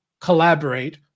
collaborate